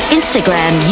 Instagram